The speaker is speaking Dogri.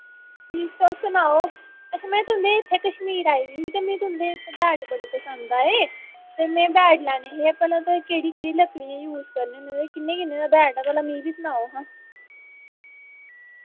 ठीक तुस सनाओ अच्छा मैं तुंदे इत्थै कश्मीर आई दी ही ते मैं तुं'दे इत्थै बैट बड़े पसंद आए ते मैं बैट लैने हे भला तुस केह्ड़ी केह्ड़ी लकड़ी यूज करने होन्ने ते किन्ने किन्ने दा बैट ऐ भला मि बी सनाओ हां